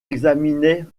examinait